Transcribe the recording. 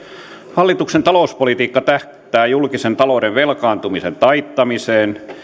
hallituksen talouspolitiikka tähtää julkisen talouden velkaantumisen taittamiseen